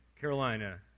Carolina